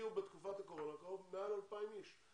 הגיעו בתקופת הקורונה מעל 2,000 איש,